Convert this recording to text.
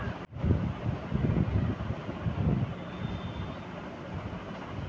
कृषि पर सरकारी नीति मे खेती करै रो तकनिकी क्षेत्र मे विकास करलो गेलो छै